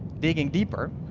digging deeper,